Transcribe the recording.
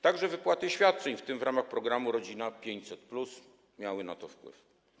Także wypłaty świadczeń, w tym w ramach programu „Rodzina 500+” miały na to wpływ.